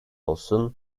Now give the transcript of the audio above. olsun